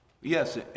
Yes